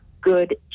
good